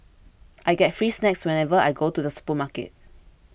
I get free snacks whenever I go to the supermarket